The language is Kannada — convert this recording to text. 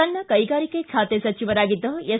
ಸಣ್ಣ ಕೈಗಾರಿಕೆ ಖಾತೆ ಸಚಿವರಾಗಿದ್ದ ಎಸ್